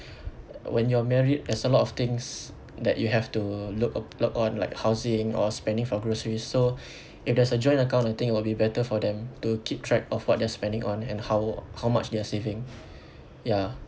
when you're married there's a lot of things that you have to look o~ look on like housing or spending for groceries so if there's a joint account I think it will be better for them to keep track of what they're spending on and how how much they're saving ya